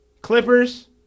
Clippers